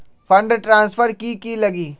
Fund transfer कि की लगी?